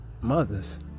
mothers